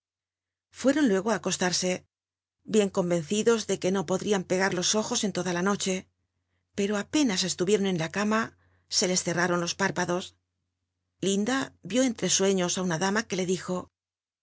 fuéron luego á acostarse bien convencidos de que no podrían pegar los ojos en oda la noche pero apénas estuvieron en la cama se les cerraron los párpados linda vió entre suefios á una dama que le dijo